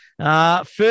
First